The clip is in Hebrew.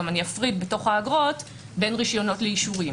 אני גם אפריד באגרות בין רישיונות לאישורים.